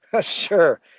Sure